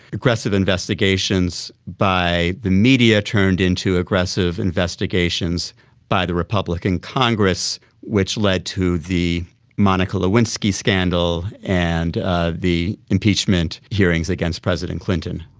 aggressive investigations by the media turned into aggressive investigations by the republican congress which led to the monica lewinsky scandal and ah the impeachment hearings against president clinton.